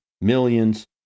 millions